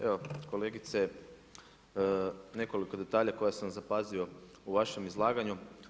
Evo kolegice nekoliko detalja koje sam zapazio u vašem izlaganju.